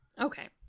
okay